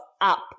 up